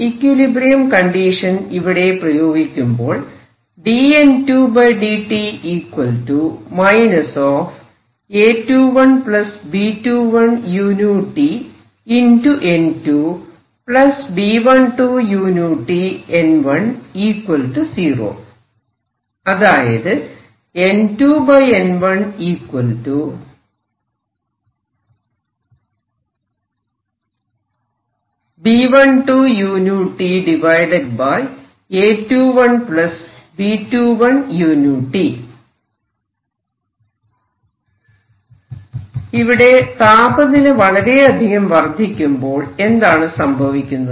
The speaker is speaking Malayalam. ഇക്വിലിബ്രിയം കണ്ടിഷൻ ഇവിടെ പ്രയോഗിക്കുമ്പോൾ അതായത് ഇവിടെ താപനില വളരെ അധികം വർധിക്കുമ്പോൾ എന്താണ് സംഭവിക്കുന്നത്